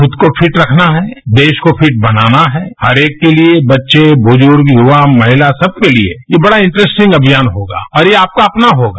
खुद को फिट रखना है देश को फिट बनाना है हरेक के लिए बच्चे बुजुर्ग युवा महिला सबके लिए ये बड़ा इंट्रस्टिंग अमियान होगा और ये आपका अपना होगा